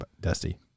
Dusty